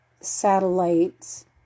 satellites